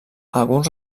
alguns